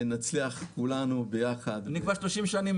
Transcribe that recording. נצליח כולנו יחד -- אני כבר מחכה 30 שנה.